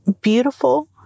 beautiful